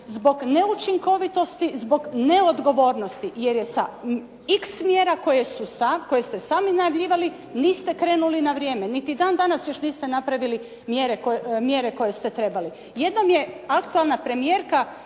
zbog neučinkovitosti, zbog neodgovornosti. Jer je sa x smjera kojeg ste sami najavljivali niste krenuli na vrijeme. Niti dan danas niste napravili mjere koje ste trebali. Jednom je aktualna premijerka